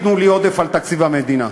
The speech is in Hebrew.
תנו לי עודף על תקציב המדינה.